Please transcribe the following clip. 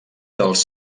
dels